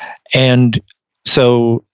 and so,